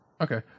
Okay